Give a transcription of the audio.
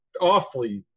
awfully